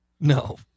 No